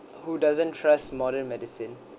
who doesn't trust modern medicine